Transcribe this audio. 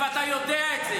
אפשרתם לאיש הזה להיות פה,